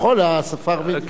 אתה יכול, השפה הערבית